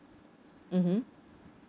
mmhmm